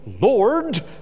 Lord